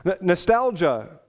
nostalgia